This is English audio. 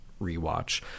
rewatch